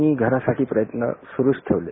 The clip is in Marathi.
मी घरासाठी प्रयत्न सूरूच ठेवले